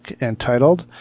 entitled